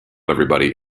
everybody